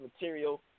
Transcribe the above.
material